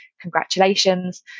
congratulations